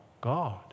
God